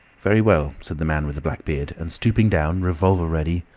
very well, said the man with the black beard, and stooping down, revolver ready,